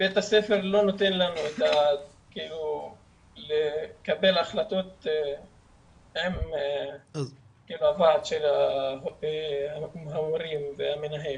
ובית הספר לא נותן לנו לקבל החלטות עם ועד ההורים והמנהל.